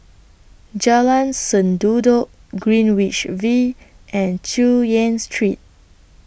Jalan Sendudok Greenwich V and Chu Yen Street